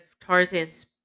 Tarzan's